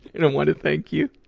and want to thank you.